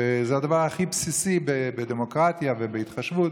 וזה הדבר הכי בסיסי בדמוקרטיה ובהתחשבות,